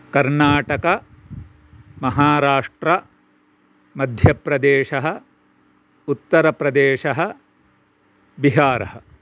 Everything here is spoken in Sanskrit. कर्णाटका महाराष्ट्रम् मध्यप्रदेशः उत्तरप्रदेशः बिहार्